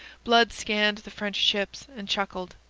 blood scanned the french ships, and chuckled.